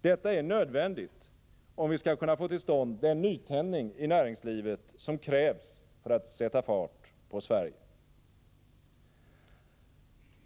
Detta är nödvändigt, om vi skall kunna få till stånd den nytändning i näringslivet som krävs för att sätta fart på Sverige.